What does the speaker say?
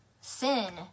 sin